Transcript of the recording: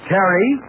Terry